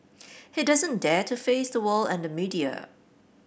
he doesn't dare to face the world and the media